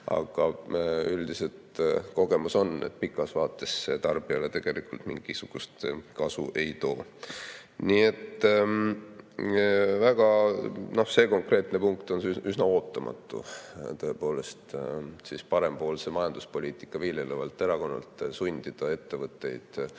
aga üldiselt kogemus on, et pikas vaates see tarbijale tegelikult mingisugust kasu ei too. Nii et see konkreetne punkt on üsna ootamatu. Tõepoolest, parempoolset majanduspoliitikat viljelevalt erakonnalt poleks oodanud